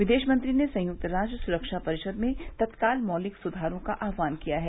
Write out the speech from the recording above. विदेश मंत्री ने संयुक्त राष्ट्र सुरक्षा परिषद में तत्काल मौलिक सुधारों का आह्वान किया है